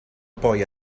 poi